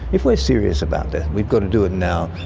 if we're serious about this we've got to do it now,